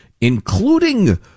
including